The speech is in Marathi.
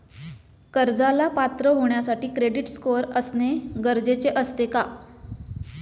कर्जाला पात्र होण्यासाठी क्रेडिट स्कोअर असणे गरजेचे असते का?